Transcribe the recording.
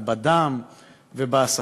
ובדם ובהסתה.